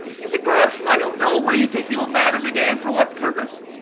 you think perhaps that i don't know where you take the old man every day, and for what purpose?